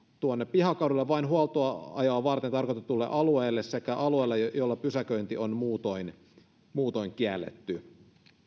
pihakaduille vain huoltoajoa varten tarkoitetulle alueelle sekä alueelle jolla pysäköinti on muutoin muutoin kielletty